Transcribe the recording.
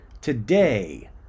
today